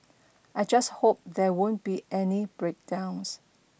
I just hope there won't be any breakdowns